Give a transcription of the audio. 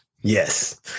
yes